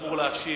שאמור להשיב,